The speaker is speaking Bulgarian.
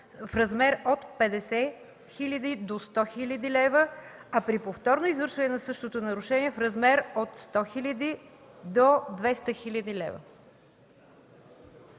в размер от 50 000 до 100 000 лв., а при повторно извършване на същото нарушение – в размер от 100 000 до 200 000 лв.“